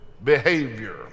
behavior